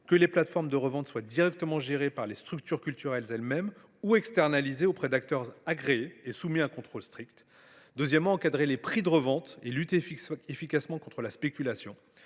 que les plateformes de revente soient directement gérées par les structures culturelles elles mêmes ou externalisées auprès d’acteurs agréés soumis à un contrôle strict. Il est également essentiel d’encadrer les prix de revente et de lutter efficacement contre la spéculation.